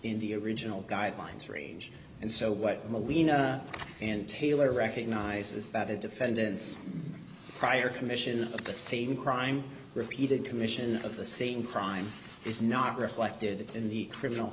in the original guidelines range and so what we know and tailor recognizes that a defendant's prior commission of the same crime repeated commission of the same crime is not reflected in the criminal